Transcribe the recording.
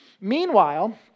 Meanwhile